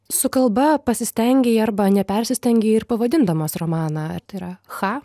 su kalba pasistengei arba nepersistengei ir pavadindamas romaną yra cha